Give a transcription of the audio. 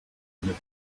live